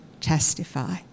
testify